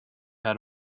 had